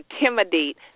intimidate